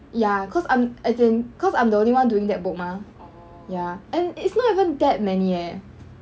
ya cause I'm as in cause I'm the only one doing that book mah ya and it's not even that many eh